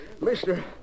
Mister